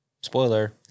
Spoiler